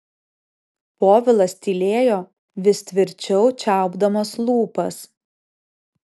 povilas tylėjo vis tvirčiau čiaupdamas lūpas